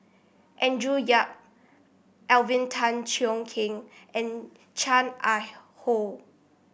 Andrew Yip Alvin Tan Cheong Kheng and Chan Ah Kow